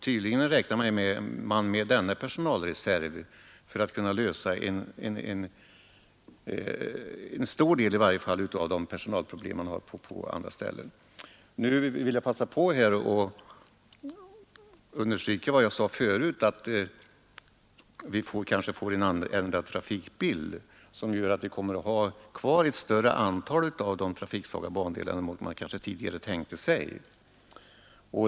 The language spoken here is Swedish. Tydligen räknar man med denna personalreserv för att kunna lösa i varje fall en stor del av de personalproblem som finns på andra ställen. Nu vill jag understryka vad jag sade förut, att vi kanske får en ändrad trafikbild, som gör att vi kommer att ha kvar ett större antal av de trafiksvaga bandelarna än man tidigare tänkte sig.